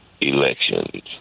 elections